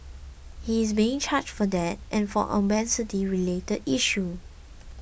he is being charged for that and for an obscenity related issue